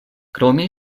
krome